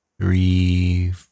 three